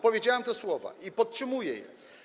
Powiedziałem te słowa i podtrzymuję je.